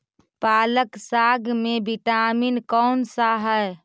पालक साग में विटामिन कौन सा है?